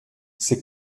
c’est